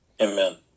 Amen